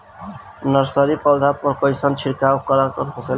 Nursery पौधा पर कइसन छिड़काव कारगर होखेला?